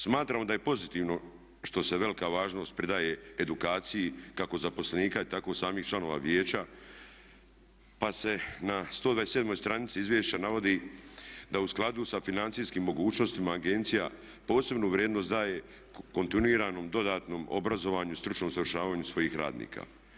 Smatramo da je pozitivno što se velika važnost pridaje edukaciji kako zaposlenika tako samih članova vijeća pa se na 127 stranici izvješća navodi da u skladu sa financijskim mogućnostima agencija posebnu vrijednost daje kontinuiranom dodatnom obrazovanju i stručnom usavršavanju svojih radnika.